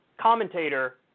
commentator